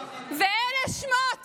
ואלה שמות